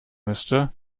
müsste